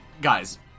guys